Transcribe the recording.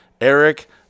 Eric